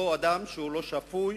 אותו אדם שלא שפוי,